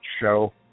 show